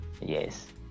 Yes